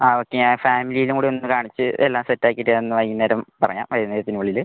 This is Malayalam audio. ആ ഓക്കെ ഞാൻ ഫാമിലീനെ കൂടി ഒന്ന് കാണിച്ച് എല്ലാം സെറ്റ് ആക്കിയിട്ട് ഇന്ന് വൈകുന്നേരം പറയാം വൈകുന്നേരത്തിനുള്ളിൽ